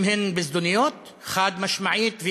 אם הן זדוניות, חד-משמעית.